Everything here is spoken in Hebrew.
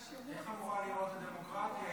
איך אמורה להיראות הדמוקרטיה,